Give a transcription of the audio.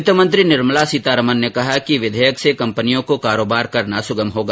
वित्त मंत्री निर्मला सीतारामन ने कहा कि विधेयक से कंपनियों को कारोबार करना सुगम होगा